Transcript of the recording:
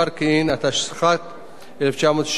התשכ"ט 1969,